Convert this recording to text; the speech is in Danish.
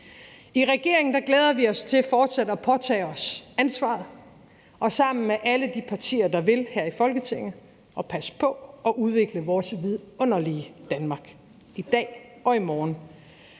I regeringen glæder vi os til fortsat at påtage os ansvaret og sammen med alle de partier her i Folketinget, der vil, passe på og udvikle vores vidunderlige Danmark, i dag og i morgen,